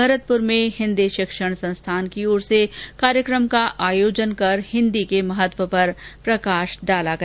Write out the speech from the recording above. भरतपुर में हिंदी शिक्षण संस्थान की ओर से कार्यक्रम का आयोजन कर हिंदी के महत्व पर प्रकाश डाला गया